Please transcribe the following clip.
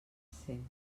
cent